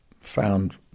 found